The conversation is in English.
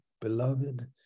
beloved